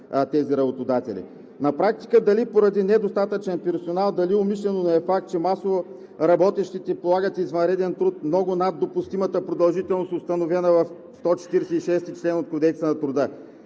тези работодатели. На практика – дали поради недостатъчен персонал, дали умишлено, но е факт, че масово работещите полагат извънреден труд много над допустимата продължителност, установена в чл. 146 от Кодекса на труда,